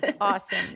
Awesome